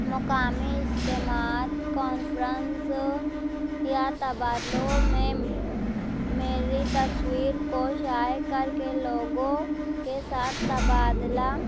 مقامی اجتماعات کانفرنس یا تبادلوں میں میری تصویر کو شائع کر کے لوگوں کے ساتھ تبادلہ